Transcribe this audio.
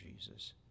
Jesus